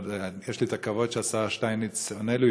יש לי הכבוד שהשר שטייניץ עונה לי,